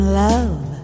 love